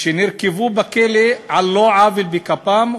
שנרקבו בכלא על לא עוול בכפם,